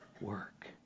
work